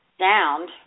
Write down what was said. sound